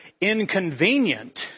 inconvenient